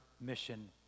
mission